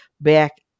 back